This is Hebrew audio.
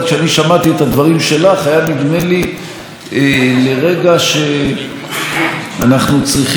כשאני שמעתי את הדברים שלך היה נדמה לי לרגע שאנחנו צריכים